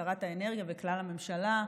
שרת האנרגיה וכלל הממשלה,